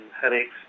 headaches